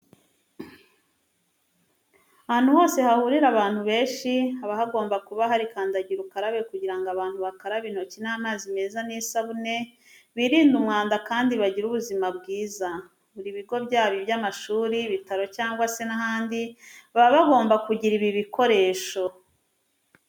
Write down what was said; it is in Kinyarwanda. Ahantu hose hahurira abantu benshi haba hagomba kuba hari kandagira ukarabe kugira ngo abantu bakarabe intoki n'amazi meza n'isabune birinde umwanda kandi bagire ubuzima bwiza. Buri bigo byaba iby'amashuri, ibitaro cyangwa se n'ahandi baba bagomba kugira ibi bikoresho.